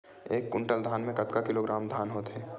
एक कुंटल धान में कतका किलोग्राम धान होथे?